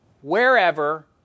wherever